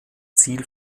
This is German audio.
ziel